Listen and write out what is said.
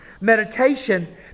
meditation